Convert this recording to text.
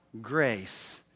grace